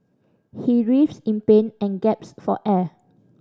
he writhed in pain and gasped for air